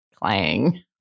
clang